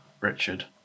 Richard